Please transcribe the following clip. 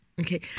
Okay